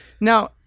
Now